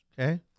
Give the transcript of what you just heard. Okay